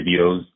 videos